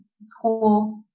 schools